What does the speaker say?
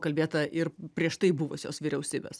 kalbėta ir prieš tai buvusios vyriausybės